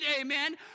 amen